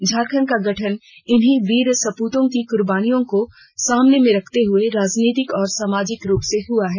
झारखंड का गठन इन्हीं वीर सपूतों की कुर्बानियों को सामने रखते हुए राजनीतिक और सामाजिक रूप से हुआ है